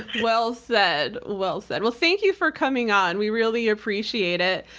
well said, well said. well, thank you for coming on we really appreciate it.